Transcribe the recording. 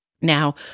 Now